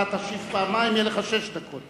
אם תשיב פעמיים, יהיו לך שש דקות.